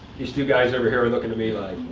these two guys over here are looking to me like,